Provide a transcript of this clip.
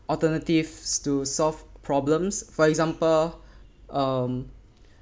alternatives to solve problems for example um